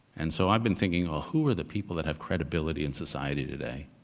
and so i've been thinking, well, who are the people that have credibility in society today?